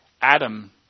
Adam